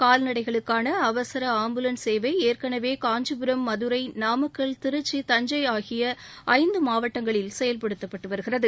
கால்நடைகளுக்னன அவசர ஆம்புலன்ஸ் சேவை ஏற்கனவே காஞ்சிபுரம் மதுரை நாமக்கல் திருச்சி தஞ்சை ஆகிய ஐந்து மாவட்டங்களில் செயல்படுத்தப்பட்டு வருகிறது